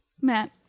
Matt